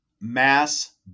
Mass